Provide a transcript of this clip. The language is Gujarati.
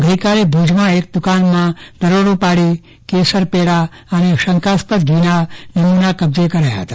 ગઈકાલે ભૂજમાં એક દ્દકાનમાં દરોડો પાડી કેસર પેડા અને શંકાસ્પદ ઘી ના નમુના કબજે કાર્ય હતા